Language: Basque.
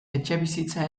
etxebizitza